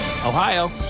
Ohio